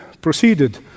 proceeded